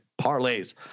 parlays